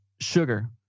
sugar